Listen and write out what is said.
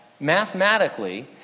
Mathematically